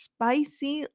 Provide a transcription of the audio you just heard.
Spicy